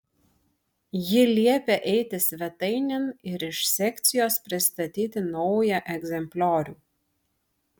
ji liepia eiti svetainėn ir iš sekcijos pristatyti naują egzempliorių